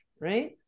right